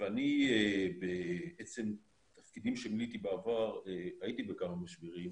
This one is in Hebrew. ואני בתפקידים שמילאתי בעבר הייתי בכמה משברים,